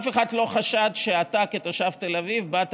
אף אחד לא חשד שאתה כתושב תל אביב באת